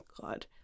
god